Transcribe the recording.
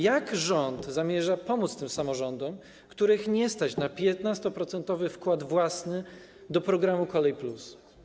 Jak rząd zamierza pomóc tym samorządom, których nie stać na 15-procentowy wkład własny do programu „Kolej+”